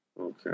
okay